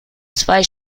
zwei